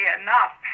enough